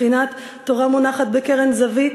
בחינת תורה מונחת בקרן זווית,